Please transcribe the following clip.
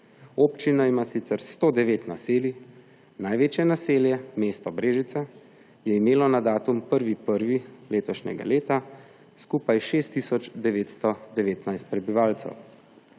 Občina ima sicer 109 naselij, največje naselje mesto Brežice je imelo na datum 1. 1. letošnjega leta skupaj 6 tisoč 919 prebivalcev.